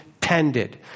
tended